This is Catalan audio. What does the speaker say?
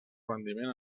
rendiment